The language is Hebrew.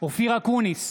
אופיר אקוניס,